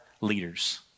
leaders